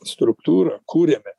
struktūra kuriame